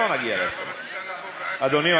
לא דיברו על אלה